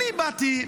אני באתי,